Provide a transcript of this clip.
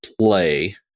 play